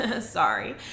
sorry